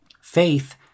Faith